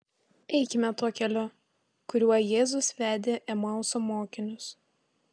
eikime tuo keliu kuriuo jėzus vedė emauso mokinius